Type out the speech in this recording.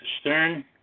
Stern